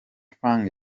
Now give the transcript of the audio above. fung